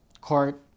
court